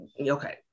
okay